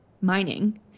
mining